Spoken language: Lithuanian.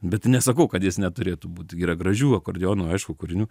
bet nesakau kad jis neturėtų būt yra gražių akordeonų aišku kūrinių